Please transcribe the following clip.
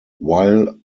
while